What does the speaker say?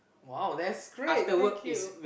!wow! that's great thank you